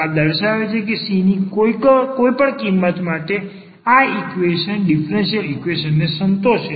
આ દર્શાવે છે કે c ની કોઈ પણ કિંમત માટે આ ઈક્વેશન ડીફરન્સીયલ ઈક્વેશન ને સંતોષે છે